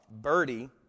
Birdie